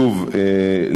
שוב,